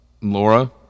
Laura